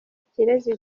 ikirezi